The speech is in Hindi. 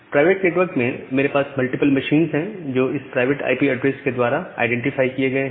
प्राइवेट नेटवर्क में मेरे पास मल्टीपल मशीन है जो कि इस प्राइवेट आईपी ऐड्रेसेस के द्वारा आईडेंटिफाई किए गए हैं